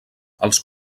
els